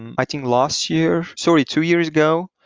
and i think last year sorry, two years ago,